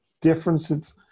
differences